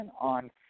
on